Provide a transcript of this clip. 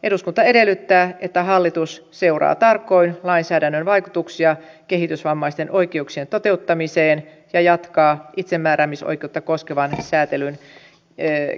eduskunta edellyttää että hallitus seuraa tarkoin lainsäädännön vaikutuksia kehitysvammaisten oikeuksien toteuttamiseen ja jatkaa itsemääräämisoikeutta koskevan säätelyn kehittämistä